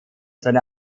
seine